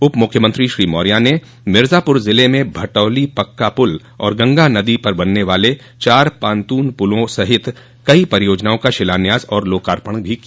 उपमुख्यमंत्री श्री मार्य ने मिर्जापर जिले में भटौली पक्का पुल और गंगा नदी पर बनने वाले चार पांटून पुलों सहित कई परियोजनाओं का शिलान्यास और लोकार्पण भी किया